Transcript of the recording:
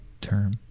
term